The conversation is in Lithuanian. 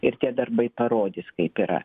ir tie darbai parodys kaip yra